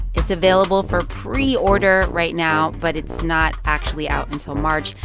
it's available for preorder right now, but it's not actually out until march.